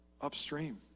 upstream